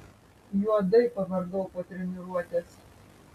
juodai pavargau po treniruotės